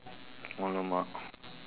!alamak!